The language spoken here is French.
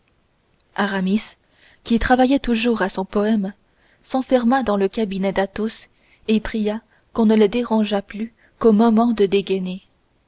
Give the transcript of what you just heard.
aramis qui travaillait toujours à son poème s'enferma dans le cabinet d'athos et pria qu'on ne le dérangeât plus qu'au moment de